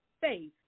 faith